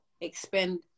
expend